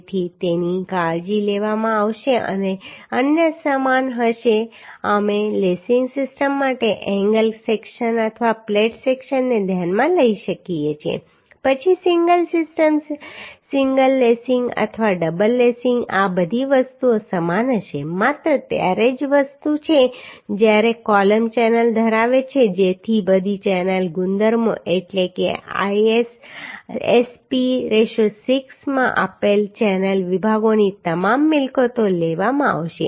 તેથી તેની કાળજી લેવામાં આવશે અને અન્ય સમાન હશે અમે લેસિંગ સિસ્ટમ માટે એન્ગલ સેક્શન અથવા પ્લેટ સેક્શનને ધ્યાનમાં લઈ શકીએ છીએ પછી સિંગલ સિસ્ટમ સિંગલ લેસિંગ અથવા ડબલ લેસિંગ આ બધી વસ્તુઓ સમાન હશે માત્ર ત્યારે જ વસ્તુ છે જ્યારે કૉલમ ચેનલ ધરાવે છે જેથી બધી ચેનલ ગુણધર્મો એટલે કે IS SP 6 માં આપેલ ચેનલ વિભાગોની તમામ મિલકતો લેવામાં આવશે